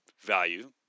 value